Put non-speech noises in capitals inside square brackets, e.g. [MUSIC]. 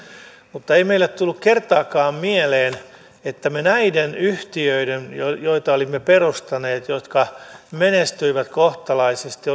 mutta ei meille tullut kertaakaan mieleen että me ikään kuin näiden yhtiöiden joita olimme perustaneet ja jotka menestyivät kohtalaisesti [UNINTELLIGIBLE]